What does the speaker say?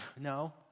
no